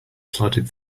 plodded